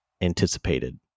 anticipated